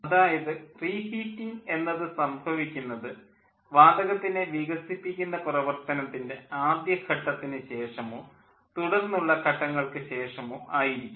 അതായത് റീഹീറ്റിംഗ് എന്നത് സംഭവിക്കുന്നത് വാതകത്തിനെ വികസിപ്പിക്കുന്ന പ്രവർത്തനത്തിൻ്റെ ആദ്യ ഘട്ടത്തിനു ശേഷമോ തുടർന്നുള്ള ഘട്ടങ്ങൾക്ക് ശേഷമോ ആയിരിക്കും